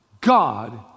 God